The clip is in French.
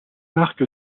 arc